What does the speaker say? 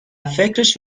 فکرش